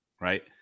right